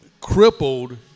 crippled